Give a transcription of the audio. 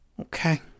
Okay